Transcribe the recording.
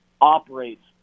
operates